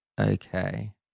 Okay